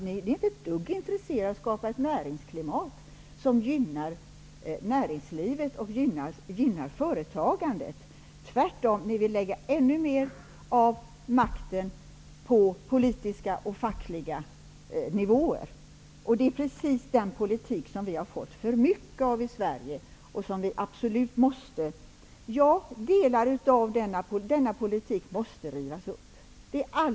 Ni är inte ett dugg intresserade av att skapa ett näringsklimat som gynnar näringslivet och företagandet. Tvärtom vill ni lägga ännu mer av makten på politiska och fackliga nivåer. Det är just den politiken som vi mycket riktigt har fått för mycket av här i Sverige och som vi absolut till delar måste riva upp.